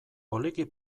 poliki